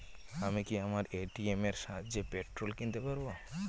আমি কি আমার এ.টি.এম এর সাহায্যে পেট্রোল কিনতে পারব?